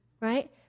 right